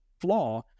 flaw